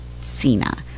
Sina